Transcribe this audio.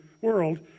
world